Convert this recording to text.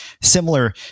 similar